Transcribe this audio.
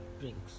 drinks